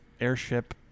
airship